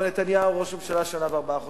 אבל נתניהו ראש ממשלה שנתיים וארבעה חודשים.